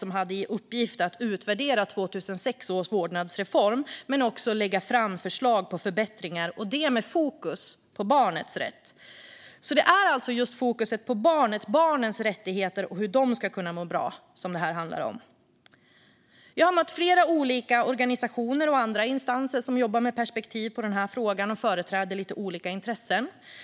som hade i uppgift att utvärdera 2006 års vårdnadsreform men också att lägga fram förslag på förbättringar, och det med fokus på barnets rätt. Fokuset är alltså på barnet, barnens rättigheter och hur de ska kunna må bra. Jag har mött representanter för flera olika organisationer och andra instanser som jobbar med perspektiv på den här frågan och företräder lite olika intressen.